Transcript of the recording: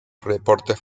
reportes